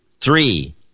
three